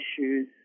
issues